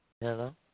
Hello